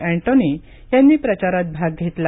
Antonie यांनी प्रचारात भाग घेतला